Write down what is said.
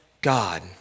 God